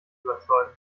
überzeugen